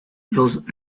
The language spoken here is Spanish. los